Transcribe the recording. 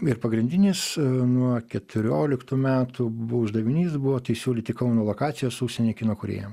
ir pagrindinis nuo keturioliktų metų buvo uždavinys buvo siūlyti kauno lokacijas užsienio kino kūrėjam